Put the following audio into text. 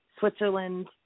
Switzerland